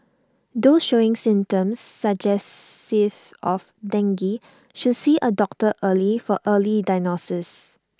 those showing symptoms suggestive of dengue should see A doctor early for early diagnosis